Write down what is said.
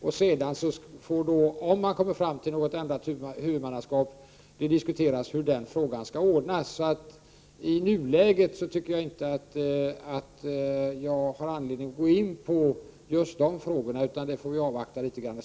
Om ett förändrat huvudmannaskap blir aktuellt får lösningen på den frågan diskuteras då. I nuläget har jag inte anledning att gå in på just detta. Vi får avvakta litet.